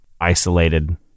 isolated